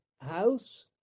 house